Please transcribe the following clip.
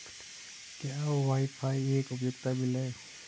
क्या wifi bill एक उपयोगिता बिल है?